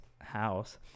house